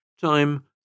Time